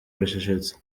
bacecetse